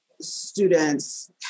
students